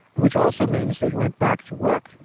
which also means they went back to work.